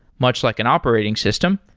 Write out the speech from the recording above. much like an operating system,